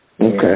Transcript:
Okay